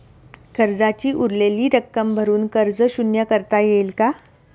कर्जाची उरलेली रक्कम भरून कर्ज शून्य करता येईल का?